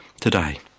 today